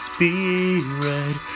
Spirit